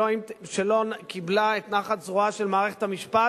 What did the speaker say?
שלא קיבלה את נחת זרועה של מערכת המשפט,